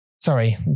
sorry